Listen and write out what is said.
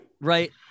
right